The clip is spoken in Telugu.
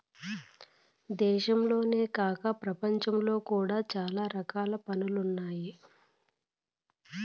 దేశంలోనే కాక ప్రపంచంలో కూడా చాలా రకాల పన్నులు ఉన్నాయి